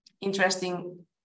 interesting